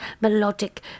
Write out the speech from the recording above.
melodic